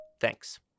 Thanks